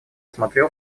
смотрел